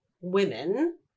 women